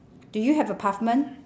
do you have a pavement